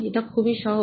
এটা খুবই সহজ